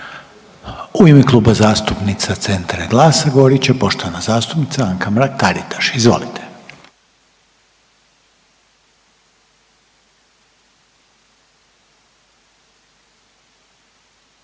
U ime Kluba zastupnica Centra i GLAS-a govorit će poštovana zastupnica Anka Mrak-Taritaš, izvolite.